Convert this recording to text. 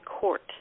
court